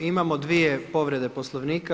Imamo dvije povrede Poslovnika.